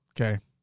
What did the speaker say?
Okay